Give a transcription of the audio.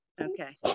okay